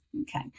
okay